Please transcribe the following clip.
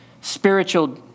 spiritual